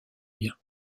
bien